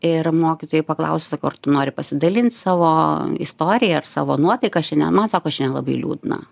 ir mokytojai paklausia sako ar tu nori pasidalint savo istorija ar savo nuotaika šiandien man sako šiandien labai liūdna